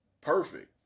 perfect